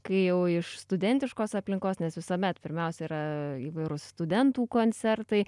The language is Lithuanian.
kai jau iš studentiškos aplinkos nes visuomet pirmiausia yra įvairūs studentų koncertai